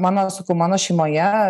mano sakau mano šeimoje